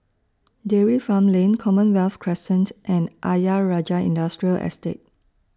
Dairy Farm Lane Commonwealth Crescent and Ayer Rajah Industrial Estate